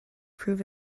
prove